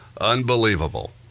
unbelievable